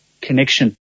connection